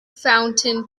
fountain